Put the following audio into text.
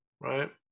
right